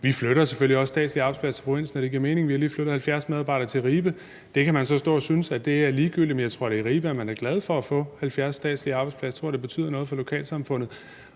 Vi flytter selvfølgelig også statslige arbejdspladser til provinsen, når det giver mening, og vi har lige flyttet 70 medarbejdere til Ribe. Det kan man så stå og synes er ligegyldigt, men jeg tror da, at man i Ribe er glade for at få 70 statslige arbejdspladser; det tror jeg da betyder noget for lokalsamfundet.